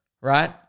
right